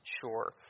sure